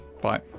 Bye